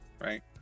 right